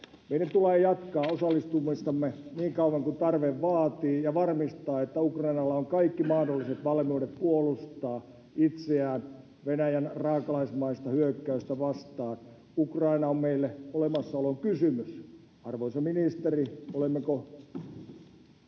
Meidän tulee jatkaa osallistumistamme niin kauan kuin tarve vaatii ja varmistaa, että Ukrainalla on kaikki mahdolliset valmiudet puolustaa itseään Venäjän raakalaismaista hyökkäystä vastaan. Ukraina on meille olemassaolon kysymys. Arvoisa ministeri, riittääkö